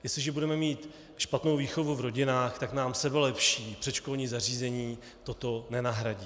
Jestliže budeme mít špatnou výchovu v rodinách, tak nám sebelepší předškolní zařízení toto nenahradí.